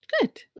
Good